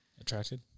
Attracted